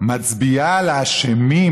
מצביעה על האשמים,